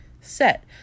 set